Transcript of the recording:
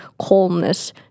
calmness